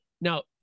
now